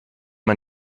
man